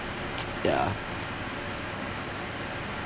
ya